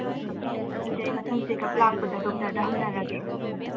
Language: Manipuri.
ꯎꯝ ꯑꯗꯨꯗꯤ ꯑꯩ ꯃꯊꯪ ꯆꯦꯛ ꯑꯞ ꯂꯥꯛꯄꯗ ꯗꯣꯛꯇꯔꯗ ꯍꯪꯅꯔꯒꯦ